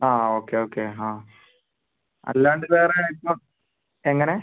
ആ okay okay ഹാ അല്ലാണ്ട് വേറെ ഇപ്പം എങ്ങനെ